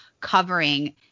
covering